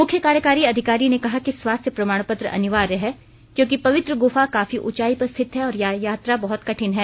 मुख्य कार्यकारी अधिकारी ने कहा कि स्वास्थ्य प्रमाणपत्र अनिवार्य है क्योंकि पवित्र ग्फा काफी ऊंचाई पर स्थित है और यात्रा बहत कठिन है